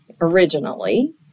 originally